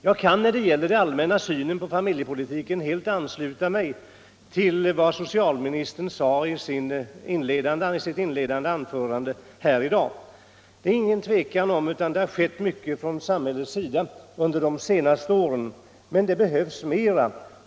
Jag kan när det gäller den allmänna synen på familjepolitiken helt ansluta mig till vad socialministern sade i sitt inledande anförande här i dag. Det är inget tvivel om att det har gjorts mycket från samhällets sida under de senaste åren, men det behövs mera.